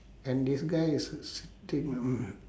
and this guy is sitting on